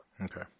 Okay